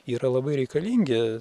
yra labai reikalingi